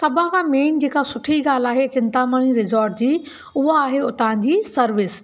सभु खां मेन जेका सुठी ॻाल्हि आहे चिंतामणी रिसोर्ट जी उहा आहे हुतां जी सर्विस